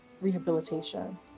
rehabilitation